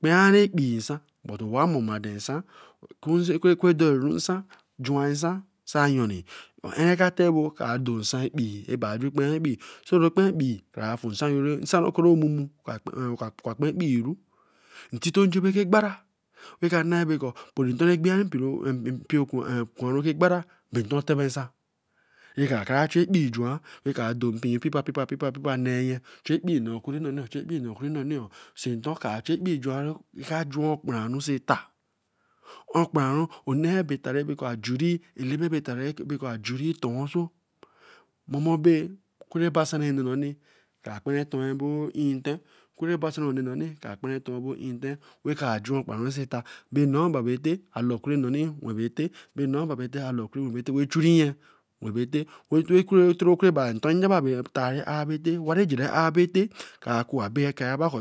Kpenra ekpii nsan, but owa momo aden nsan. korenu doeru nsan juwnru nsan onee ka tebu ka da so ekpee, bara ju kperapai, toru momo, oka kpenpii ru. A juan okparanwo say eta. Okpranwo, onne beta rebekor ajuri eleme be be eta rebakor ajuri ton eso. momebo okunrebaseanoni kra kparan eyeh ntiten raba tar juan okparanwo so eta. Eton jaba abere tar but ra jara abo retay. aku kperi anu kegeta ka na kor agbo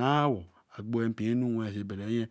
anu wen so oboye.